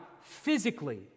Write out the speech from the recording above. physically